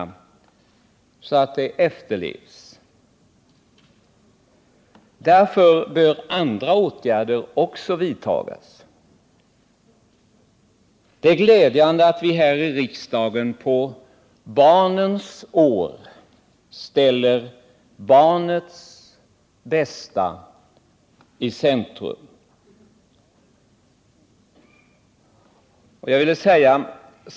Därför bör andra åtgärder också vidtas. Det är glädjande att vi här i riksdagen under barnets år ställer barnets bästa i centrum.